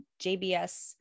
JBS